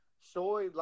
soy